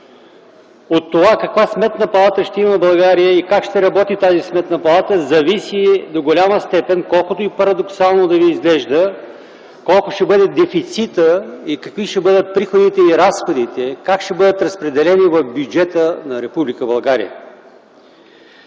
От това каква Сметна палата ще има България и как ще работи тази Сметна палата зависи до голяма степен, колкото и парадоксално да ви изглежда, колко ще бъде дефицитът и какви ще бъдат приходите и разходите, как ще бъдат разпределени в бюджета на